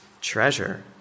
treasure